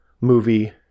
movie